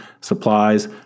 supplies